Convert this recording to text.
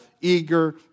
eager